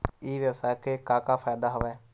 ई व्यवसाय के का का फ़ायदा हवय?